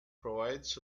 provides